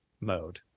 mode